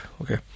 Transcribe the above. Okay